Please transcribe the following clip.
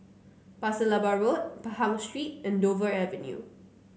Pasir Laba Road Pahang Street and Dover Avenue